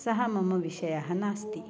सः मम विषयः नास्ति